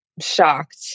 shocked